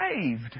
saved